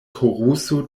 koruso